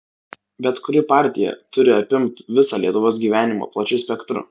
bet kuri partija turi apimt visą lietuvos gyvenimą plačiu spektru